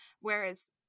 whereas